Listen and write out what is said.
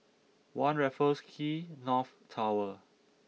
One Raffles Quay North Tower